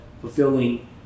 fulfilling